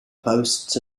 posts